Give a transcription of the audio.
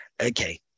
Okay